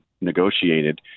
negotiated